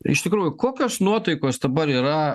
iš tikrųjų kokios nuotaikos dabar yra